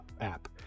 app